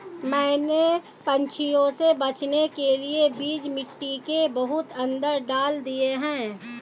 मैंने पंछियों से बचाने के लिए बीज मिट्टी के बहुत अंदर डाल दिए हैं